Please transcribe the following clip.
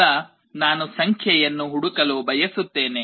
ಈಗ ನಾನು ಸಂಖ್ಯೆಯನ್ನು ಹುಡುಕಲು ಬಯಸುತ್ತೇನೆ